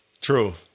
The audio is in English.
True